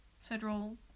Federal